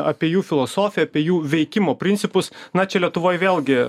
apie jų filosofiją apie jų veikimo principus na čia lietuvoj vėlgi